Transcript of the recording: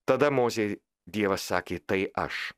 tada mozei dievas sakė tai aš